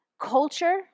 culture